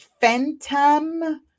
phantom